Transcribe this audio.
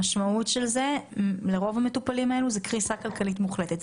המשמעות לרוב המטופלים, קריסה כלכלית מוחלטת.